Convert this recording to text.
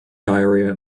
diarrhea